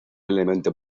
elemento